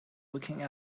looking